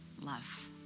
love